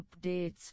updates